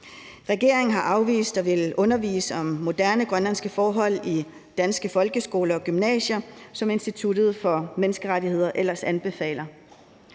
Regeringen har afvist at ville undervise om moderne grønlandske forhold i danske folkeskoler og gymnasier, som Institut for Menneskerettigheder ellers anbefaler.